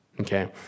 Okay